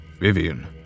vivian